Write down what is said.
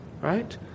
right